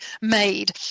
made